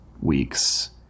weeks